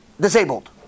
disabled